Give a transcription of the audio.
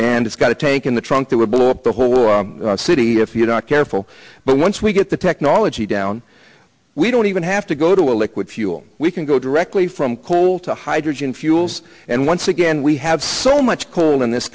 and it's got to take in the trunk that would blow up the whole city if you're not careful but once we get the technology down we don't even have to go to a liquid fuel we can go directly from coal to hydrogen fuels and once again we have so much coal in this